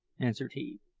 answered he.